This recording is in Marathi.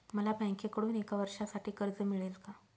मला बँकेकडून एका वर्षासाठी कर्ज मिळेल का?